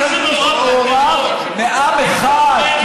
רק על מי שמעורב מעם אחד,